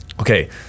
Okay